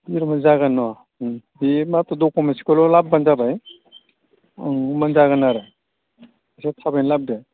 जिरस्कबाबो जायो अ बि माथ्र डक'मेन्ट्सखौल' लाबोबानो जाबाय ओं होमबानो जागोन आरो इसे थाबैनो लाबोदो